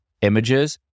images